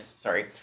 Sorry